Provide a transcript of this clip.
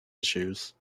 issues